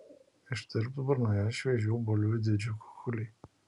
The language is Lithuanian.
ištirps burnoje šviežių bulvių didžkukuliai